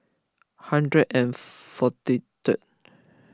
hundred and forty third